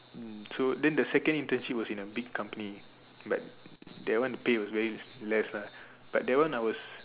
mm so then the second internship was in a big company but that one pay was very less lah but that one I was